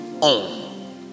on